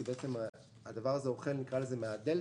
כי הדבר הזה אוכל מן הדלתא.